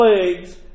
plagues